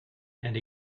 and